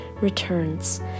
returns